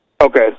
Okay